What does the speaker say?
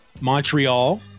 montreal